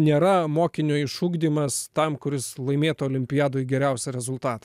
nėra mokinio išugdymas tam kuris laimėtų olimpiadoje geriausią rezultatą